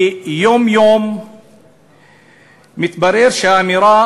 כי יום-יום מתברר שהאמירה,